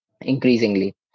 increasingly